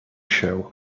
shell